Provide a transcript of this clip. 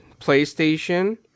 PlayStation